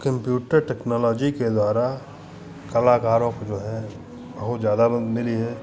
computer technology के द्वारा कलाकारों को जो है बहुत ज़्यादा मदद मिली है